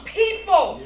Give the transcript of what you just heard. people